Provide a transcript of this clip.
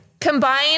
Combine